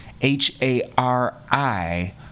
H-A-R-I